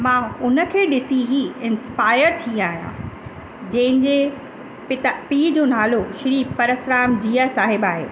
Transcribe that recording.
मां हुनखे ॾिसी ही इंस्पायर थी आहियां जंहिंजे पिता पीउ जो नालो श्री परसराम जीआ साहिबु आहे